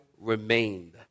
remained